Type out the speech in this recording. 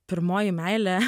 pirmoji meilė